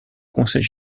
conseil